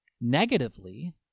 negatively